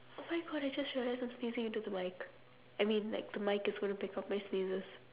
oh my god I just realise I'm sneezing into the mic I mean like the mic is going to pick up my sneezes